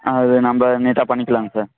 அது நம்ம நீட்டாக பண்ணிக்கலாம்ங்க சார்